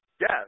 yes